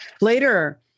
Later